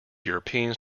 europeans